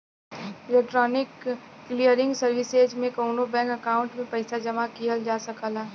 electronic clearing services में कउनो bank account में पइसा जमा किहल जा सकला